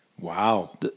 Wow